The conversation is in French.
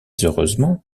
heureusement